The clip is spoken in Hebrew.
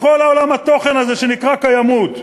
בכל עולם התוכן הזה שנקרא קיימות,